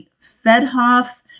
Fedhoff